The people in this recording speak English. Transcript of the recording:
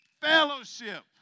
fellowship